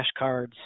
flashcards